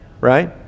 right